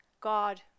God